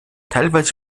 teilweise